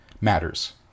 matters